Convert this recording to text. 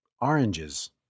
oranges